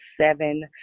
seven